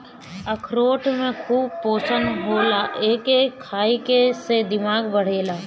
अखरोट में खूब पोषण होला एके खईला से दिमाग बढ़ेला